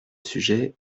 sujet